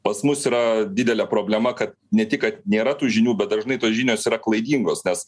pas mus yra didelė problema kad ne tik kad nėra tų žinių bet dažnai tos žinios yra klaidingos nes